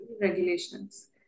regulations